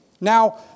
Now